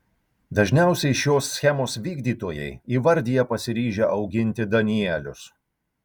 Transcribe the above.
dažniausiai šios schemos vykdytojai įvardija pasiryžę auginti danielius